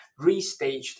restaged